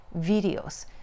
videos